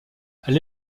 elle